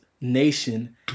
Nation